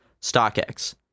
StockX